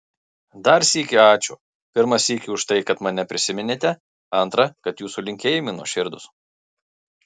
dar sykį ačiū pirmą sykį už tai kad mane prisiminėte antrą kad jūsų linkėjimai nuoširdūs